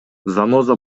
заноза